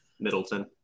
Middleton